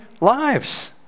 lives